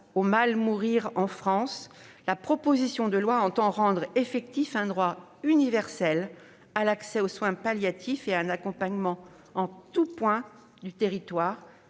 au « mal mourir » en France, la proposition de loi prévoit de rendre effectif un droit universel à l'accès aux soins palliatifs et à un accompagnement en tout point du territoire